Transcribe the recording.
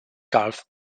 gulf